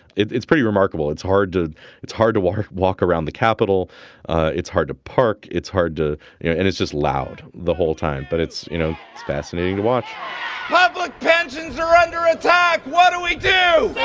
it's it's pretty remarkable it's hard to it's hard to walk walk around the capital it's hard to park. it's hard to know yeah and it's just loud the whole time. but it's you know fascinating to watch public pensions are under attack what do we do